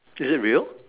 is it real